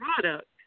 Product